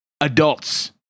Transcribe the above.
adults